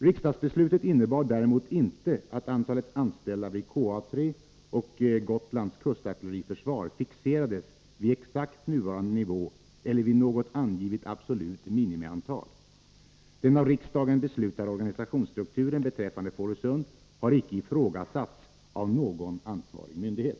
Riksdagsbeslutet innebar däremot inte att antalet anställda vid KA 3 och Gotlands kustartilleriförsvar fixerades vid exakt nuvarande nivå eller vid något angivet absolut minimiantal. Den av riksdagen beslutade organisationsstrukturen beträffande Fårösund har icke ifrågasatts av någon ansvarig myndighet.